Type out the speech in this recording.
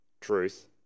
truth